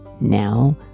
Now